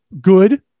good